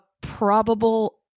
probable